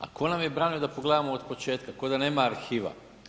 A tko nam je branio da pogledamo od početka, kao da nema arhiva.